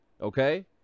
Okay